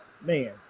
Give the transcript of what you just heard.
Man